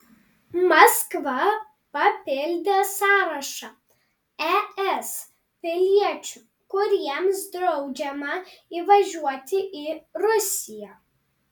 maskva papildė sąrašą es piliečių kuriems draudžiama įvažiuoti į rusiją